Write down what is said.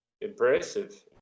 impressive